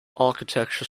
architecture